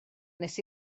nes